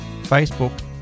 Facebook